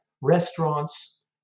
restaurants